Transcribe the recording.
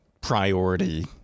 priority